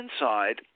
inside